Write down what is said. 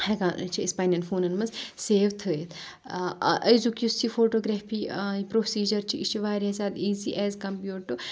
ہؠکان چھِ أسۍ پننؠن فونَن منز سیو تھٲیِتھ أزیُک یُس یہِ فوٹوگرافی پروسیٖجَر چھِ یہِ چھِ واریاہ زیادٕ ایز کَمپیِٲڈ ٹُو